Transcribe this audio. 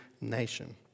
nation